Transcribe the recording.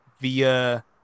via